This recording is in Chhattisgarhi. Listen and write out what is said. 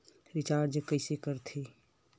रिचार्ज कइसे कर थे?